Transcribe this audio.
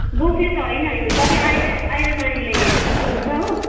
भोकले त होइन होइन तपाईँ आएर आएर नानीलाई हेर्नु सक्नुहुन्छ हो